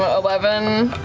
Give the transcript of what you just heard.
ah eleven.